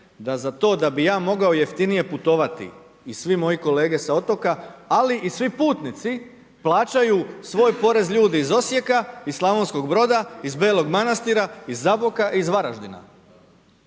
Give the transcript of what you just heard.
da za to da bi ja mogao jeftinije putovati i svi moji kolege s otoka, ali i svi putnici plaćaju svoj porez ljudi iz Osijeka, Slavonskog Broda, Belog Manastira, iz Zaboka, iz Varaždina.